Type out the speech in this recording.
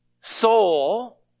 soul